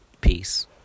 Peace